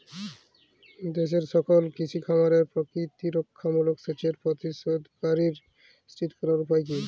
দেশের সকল কৃষি খামারে প্রতিরক্ষামূলক সেচের প্রবেশাধিকার নিশ্চিত করার উপায় কি?